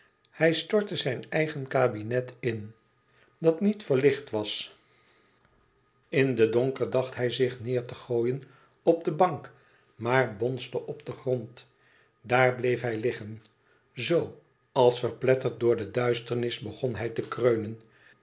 hij stortte zijn eigen kabinet in dat niet verlicht was in den donker dacht hij zich neêr te gooien op de bank maar bonsde op den grond daar bleef bij liggen zoo als verpletterd door de duisternis begon hij te kreunen